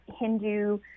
Hindu